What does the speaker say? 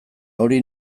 hori